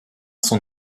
son